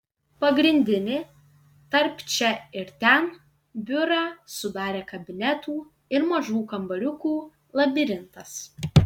pagrindinį tarp čia ir ten biurą sudarė kabinetų ir mažų kambariukų labirintas